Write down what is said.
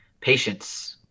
Patience